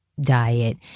diet